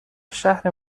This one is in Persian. شهر